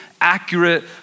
accurate